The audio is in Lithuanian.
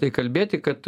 tai kalbėti kad